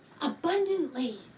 Abundantly